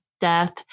death